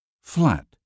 Flat